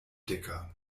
dicker